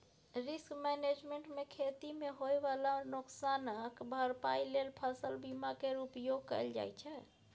risk management मे खेती मे होइ बला नोकसानक भरपाइ लेल फसल बीमा केर उपयोग कएल जाइ छै